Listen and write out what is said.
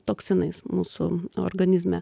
toksinais mūsų organizme